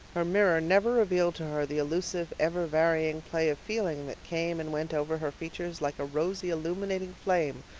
her mirror never revealed to her the elusive, ever-varying play of feeling that came and went over her features like a rosy illuminating flame,